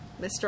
Mr